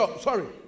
Sorry